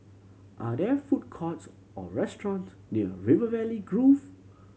are there food courts or restaurants near River Valley Grove